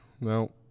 No